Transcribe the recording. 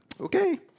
okay